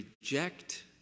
reject